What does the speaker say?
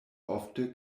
ofte